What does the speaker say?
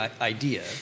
idea